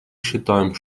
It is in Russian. считаем